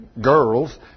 girls